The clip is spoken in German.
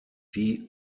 die